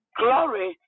glory